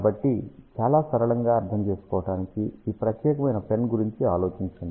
కాబట్టి చాలా సరళంగా అర్థం చేసుకోవడానికి ఈ ప్రత్యేకమైన పెన్ గురించి ఆలోచించండి